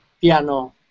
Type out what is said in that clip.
piano